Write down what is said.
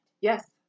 Yes